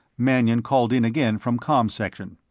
mannion called in again from comsection.